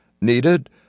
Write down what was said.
needed